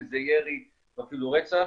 אם זה ירי ואפילו רצח,